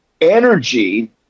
energy